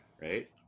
right